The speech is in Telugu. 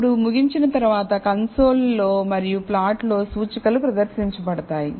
ఇప్పుడు ముగించిన తరువాత కన్సోల్లో మరియు ప్లాట్ లో సూచికలు ప్రదర్శింపబడతాయి